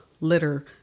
litter